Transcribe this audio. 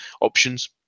options